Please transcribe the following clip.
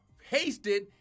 hasted